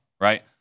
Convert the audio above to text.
right